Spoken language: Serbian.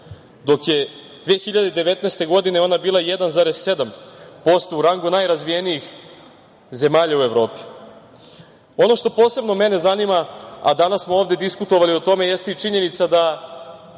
dok je 2019. godine ona bila 1,7% u rangu najrazvijenijih zemalja u Evropi. Ono što mene posebno zanima, a danas smo ovde diskutovali o tome, jeste i činjenica da